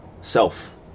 self